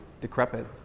decrepit